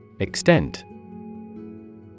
Extent